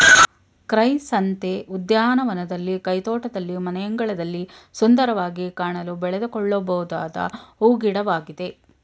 chrysanthemum ಉದ್ಯಾನವನದಲ್ಲಿ, ಕೈತೋಟದಲ್ಲಿ, ಮನೆಯಂಗಳದಲ್ಲಿ ಸುಂದರವಾಗಿ ಕಾಣಲು ಬೆಳೆದುಕೊಳ್ಳಬೊದಾದ ಹೂ ಗಿಡವಾಗಿದೆ